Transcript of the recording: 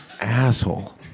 asshole